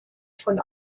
von